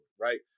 right